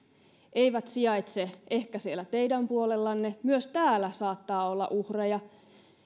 eivät sijaitse ehkä siellä teidän puolellanne vaan myös täällä saattaa olla uhreja